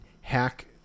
hack